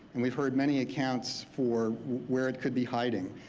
and we've heard many accounts for where it could be hiding.